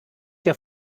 der